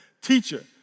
Teacher